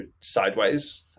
sideways